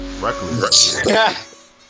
Reckless